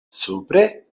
supre